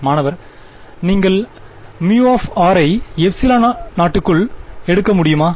மாணவர் நீங்கள் μ ஐ 0 க்குள் எடுக்க முடியுமா